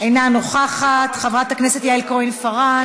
אינה נוכחת, חברת הכנסת יעל כהן-פארן,